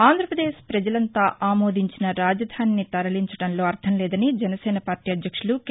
ఆంధ్రప్రదేశ్ ప్రజలంతా ఆమోదించిన రాజధానిని తరలించడంలో అర్గంలేదని జనసేన పార్లీ అధ్యక్షులు కె